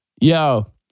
Yo